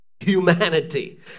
humanity